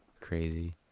crazy